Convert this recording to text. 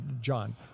john